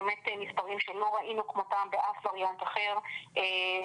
באמת מספרים שלא ראינו כמותם באף וריאנט אחר עד